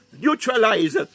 neutralize